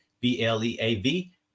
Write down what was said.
B-L-E-A-V